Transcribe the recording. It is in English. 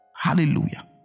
Hallelujah